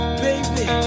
Baby